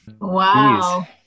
Wow